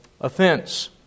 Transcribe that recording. offense